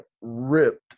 ripped